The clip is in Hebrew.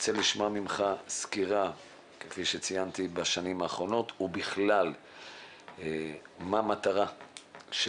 נרצה לשמוע ממך סקירה על השנים האחרונות ובכלל מה המטרה של